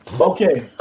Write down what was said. Okay